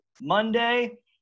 Monday